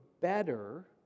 better